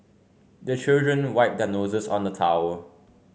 the children wipe their noses on the towel